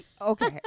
Okay